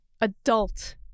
adult